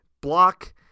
block